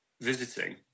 visiting